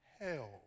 hell